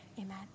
amen